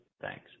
Thanks